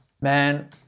Man